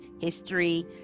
history